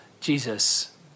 Jesus